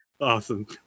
awesome